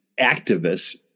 activists